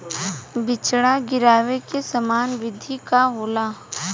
बिचड़ा गिरावे के सामान्य विधि का होला?